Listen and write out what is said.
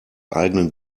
eigenen